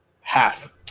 half